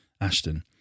Ashton